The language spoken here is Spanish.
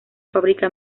fábrica